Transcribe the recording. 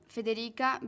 Federica